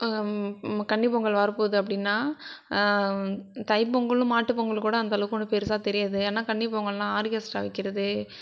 கன்னிப்பொங்கல் வரப்போகுது அப்படின்னா தைப்பொங்கலும் மாட்டுப்பொங்கலும் கூட அந்தளவுக்கு ஒன்னும் பெரிசா தெரியாது ஏனால் கன்னிபொங்கல்னால் ஆர்க்கெஸ்ட்ரா வைக்கிறது